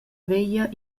veglia